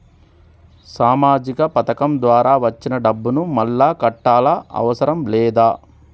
సామాజిక పథకం ద్వారా వచ్చిన డబ్బును మళ్ళా కట్టాలా అవసరం లేదా?